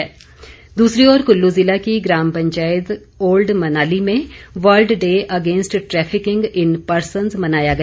जागरूकता दूसरी ओर कुल्लू ज़िला की ग्राम पंचायत ओल्ड मनाली में World Day Against Trafficking in Persons मनाया गया